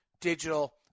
Digital